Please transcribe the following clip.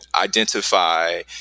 identify